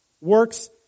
works